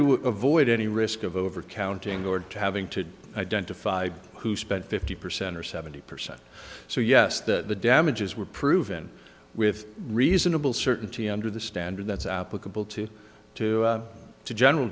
to avoid any risk of overcounting or to having to identify who spent fifty percent or seventy percent so yes that the damages were proven with reasonable certainty under the standard that's applicable to to the general